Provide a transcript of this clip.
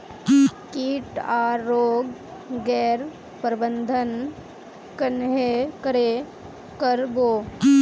किट आर रोग गैर प्रबंधन कन्हे करे कर बो?